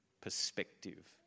perspective